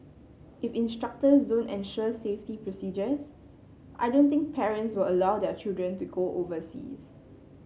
if instructors don't ensure safety procedures I don't think parents will allow their children to go overseas